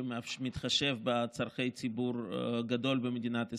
שמתחשב בצורכי ציבור גדול במדינת ישראל.